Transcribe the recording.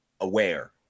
aware